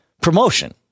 promotion